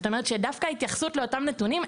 זאת אומרת שדווקא ההתייחסות לאותם נתונים,